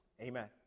Amen